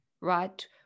right